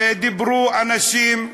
ודיברו אתי אנשים,